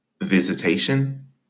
visitation